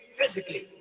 physically